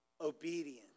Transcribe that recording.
obedience